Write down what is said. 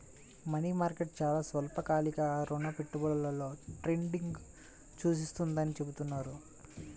money market చాలా స్వల్పకాలిక రుణ పెట్టుబడులలో ట్రేడింగ్ను సూచిస్తుందని చెబుతున్నారు